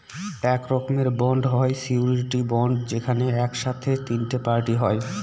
এক রকমের বন্ড হয় সিওরীটি বন্ড যেখানে এক সাথে তিনটে পার্টি হয়